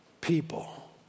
people